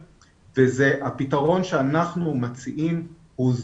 הפתרון שאנחנו מציעים הוא זול,